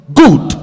good